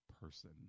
person